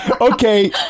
Okay